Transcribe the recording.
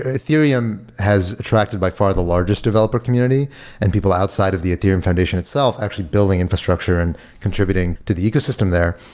ethereum has attracted by far the largest developer community and people outside of the ethereum foundation itself actually building infrastructure and contributing to the ecosystem there.